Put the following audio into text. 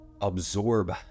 absorb